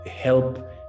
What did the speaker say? help